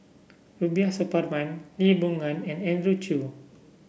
Rubiah Suparman Lee Boon Ngan and Andrew Chew